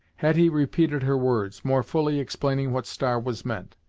hetty repeated her words, more fully explaining what star was meant,